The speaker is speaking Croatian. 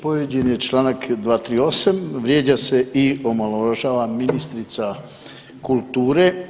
Povrijeđen je članak 238. vrijeđa se i omalovažava ministrica kulture.